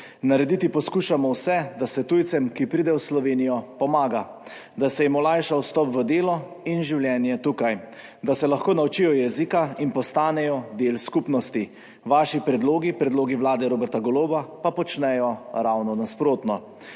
Narediti poskušamo vse, da se tujcem, ki pridejo v Slovenijo, pomaga, da se jim olajša vstop v delo in življenje tukaj, da se lahko naučijo jezika in postanejo del skupnosti. Vaši predlogi, predlogi vlade dr. Roberta Goloba, pa počnejo ravno nasprotno.